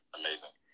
amazing